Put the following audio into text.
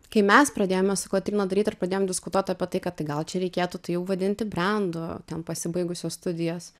kai mes pradėjome su kotryna daryt ir pradėjom diskutuot apie tai kad tai gal čia reikėtų tai jau vadinti brendu ten pasibaigusios studijos